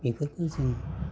बेफोरखौ जोङो